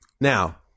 Now